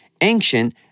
ancient